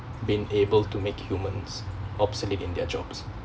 been able to make humans obsolete in their jobs